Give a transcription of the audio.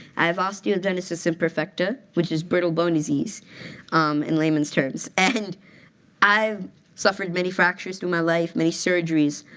i have osteogenesis imperfecta, which is brittle bones disease in layman's terms. and i've suffered many fractures through my life, many surgeries.